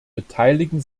beteiligen